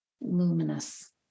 luminous